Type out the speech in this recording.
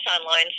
online